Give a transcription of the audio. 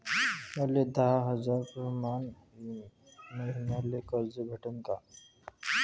मले दहा हजार प्रमाण मईन्याले कर्ज भेटन का?